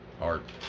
Art